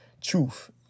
truth